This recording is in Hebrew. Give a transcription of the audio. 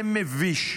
זה מביש.